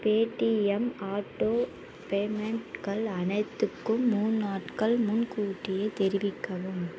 Paytm auto பேமெண்ட்கள் அனைத்துக்கும் மூணு நாட்கள் முன்கூட்டியே தெரிவிக்கவும்